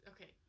Okay